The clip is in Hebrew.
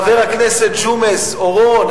חבר הכנסת ג'ומס אורון,